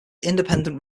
independent